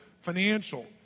financial